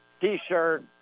T-shirt